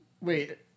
wait